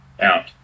out